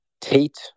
Tate